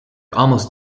almost